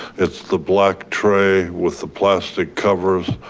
it's the black tray with the plastic covers.